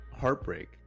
heartbreak